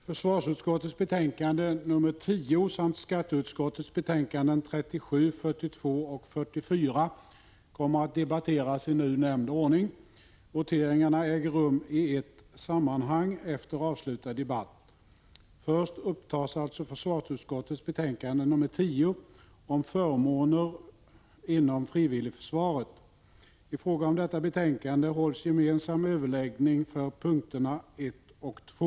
Försvarsutskottets betänkande 10 samt skatteutskottets betänkanden 37, 42 och 44 kommer att debatteras i nu nämnd ordning. Voteringarna äger rum i ett sammanhang efter avslutad debatt. Först upptas alltså försvarsutskottets betänkande 10 om förmåner inom frivilligförsvaret. I fråga om detta betänkande hålls gemensam överläggning för punkterna 1 och 2.